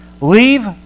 leave